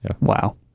Wow